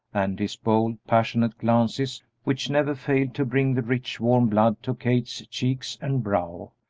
and his bold, passionate glances which never failed to bring the rich, warm blood to kate's cheeks and brow,